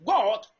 God